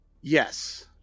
Yes